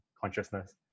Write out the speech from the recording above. consciousness